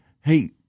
hey